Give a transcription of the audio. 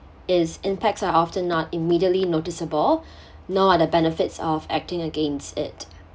its impacts are often not immediately noticeable nor the benefits of acting against it